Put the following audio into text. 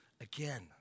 again